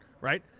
right